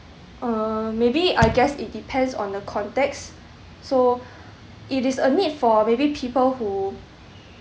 uh maybe I guess it depends on the context so it is a need for maybe people who